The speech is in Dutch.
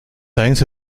tijdens